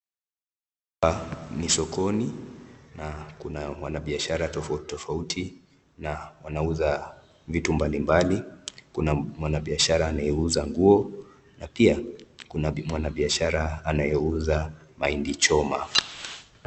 Ni sokoni, na kuna mwanabiashara tofauti tofauti , na wanauza vitu mbalimbali . Kuna mwanabiashara anayeuza nguo na pia kuna mwanabiashara anayeuza mahindi choma.